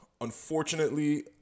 unfortunately